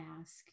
ask